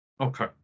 Okay